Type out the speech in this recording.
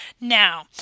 now